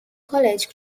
college